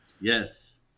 Yes